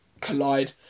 collide